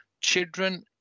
children